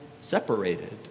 separated